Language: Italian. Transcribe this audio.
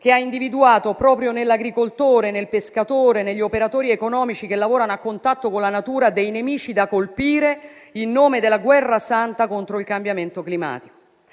che ha individuato proprio nell'agricoltore, nel pescatore e negli operatori economici che lavorano a contatto con la natura dei nemici da colpire in nome della guerra santa contro il cambiamento climatico.